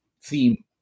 theme